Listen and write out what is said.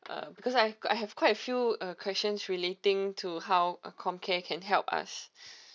uh because I I have quite a few uh questions relating to how uh com care can help us